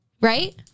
Right